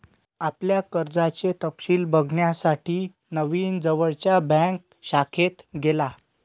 आपल्या कर्जाचे तपशिल बघण्यासाठी नवीन जवळच्या बँक शाखेत गेला